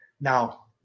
Now